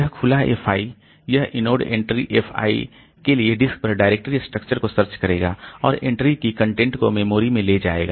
यह खुला F i यह इनोड एंट्री F i के लिए डिस्क पर डायरेक्टरी स्ट्रक्चर को सर्च करेगा और एंट्री की कंटेंट को मेमोरी में ले जाएगा